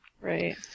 Right